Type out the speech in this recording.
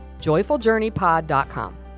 joyfuljourneypod.com